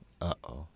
Uh-oh